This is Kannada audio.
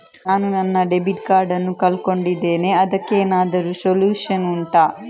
ನಾನು ನನ್ನ ಡೆಬಿಟ್ ಕಾರ್ಡ್ ನ್ನು ಕಳ್ಕೊಂಡಿದ್ದೇನೆ ಅದಕ್ಕೇನಾದ್ರೂ ಸೊಲ್ಯೂಷನ್ ಉಂಟಾ